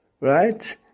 right